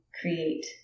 create